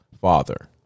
father